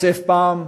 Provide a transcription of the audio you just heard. צפצף פעם,